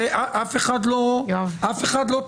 אז נוותר על ניגוד העניינים כי המחוקק לא יכול